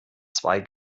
zwei